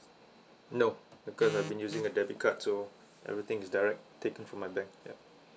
no because I've been using a debit card so everything is direct taken from my bank ya